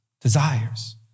desires